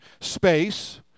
space